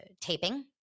taping